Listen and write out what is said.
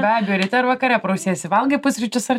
be abejo ryte ar vakare prausiesi valgai pusryčius ar